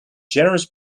generous